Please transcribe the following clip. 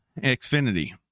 Xfinity